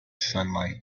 sunlight